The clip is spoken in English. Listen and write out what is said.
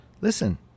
Listen